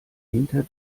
hinter